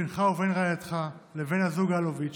בינך ובין רעייתך לבין בני הזוג אלוביץ'